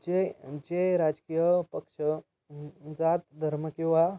जे जे राजकीय पक्ष जात धर्म किंवा